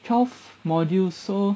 twelve modules so